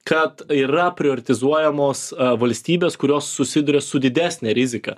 kad yra prioritizuojamos valstybės kurios susiduria su didesne rizika